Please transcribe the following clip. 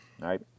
Right